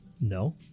No